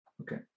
Okay